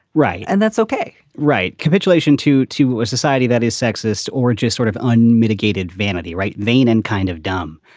right. and that's ok right. capitulation to to a society that is sexist or just sort of unmitigated vanity. right. vain and kind of dumb,